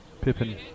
Pippen